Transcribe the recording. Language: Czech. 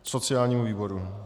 V sociálním výboru.